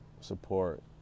support